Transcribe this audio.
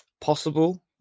possible